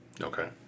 Okay